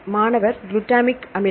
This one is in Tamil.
மாணவர் குளுட்டமிக் அமிலம்